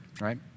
right